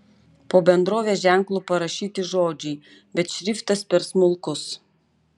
po bendrovės ženklu parašyti žodžiai bet šriftas per smulkus